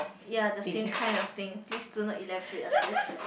ya the same kind of thing please do not elaborate on this